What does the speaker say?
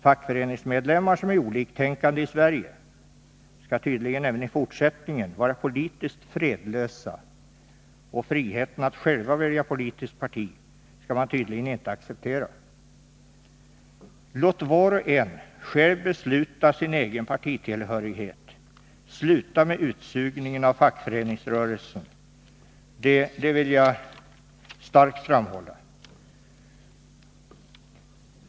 Fackföreningsmedlemmar som är oliktänkande i Sverige skall tydligen även i fortsättningen vara politiskt fredlösa, och friheten att själv välja politiskt parti skall tydligen inte vara accepterad. Låt var och en själv besluta om sin egen partitillhörighet, sluta med utsugningen av fackföreningsrörelsen — det vill jag starkt framhålla!